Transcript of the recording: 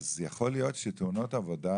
יכול להיות שבתאונות עבודה